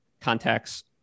contacts